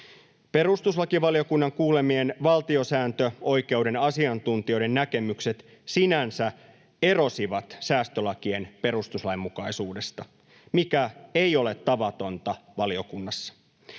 Perustuslakivaliokunnan kuulemien valtiosääntöoikeuden asiantuntijoiden näkemykset sinänsä erosivat säästölakien perustuslainmukaisuudesta, mikä ei ole tavatonta valiokunnassa.